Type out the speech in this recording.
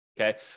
Okay